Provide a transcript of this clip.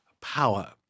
power